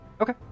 Okay